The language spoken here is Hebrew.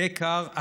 תה קר,